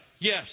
yes